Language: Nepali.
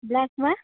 ब्ल्याकमा